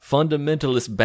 Fundamentalist